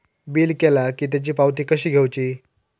Bill केला की त्याची पावती कशी घेऊची?